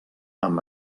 amb